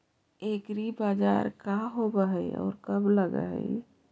एग्रीबाजार का होब हइ और कब लग है?